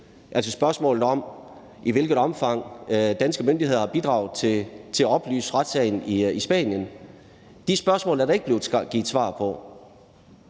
altså spørgsmålene om, i hvilket omfang danske myndigheder har bidraget til at oplyse retssagen i Spanien. De spørgsmål er der ikke blevet givet svar på.